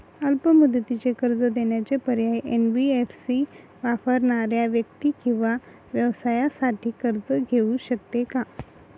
अल्प मुदतीचे कर्ज देण्याचे पर्याय, एन.बी.एफ.सी वापरणाऱ्या व्यक्ती किंवा व्यवसायांसाठी कर्ज घेऊ शकते का?